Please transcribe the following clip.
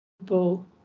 people